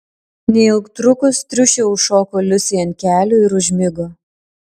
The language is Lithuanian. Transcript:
neilgtrukus triušė užšoko liusei ant kelių ir užmigo